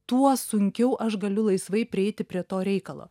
tuo sunkiau aš galiu laisvai prieiti prie to reikalo